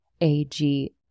AG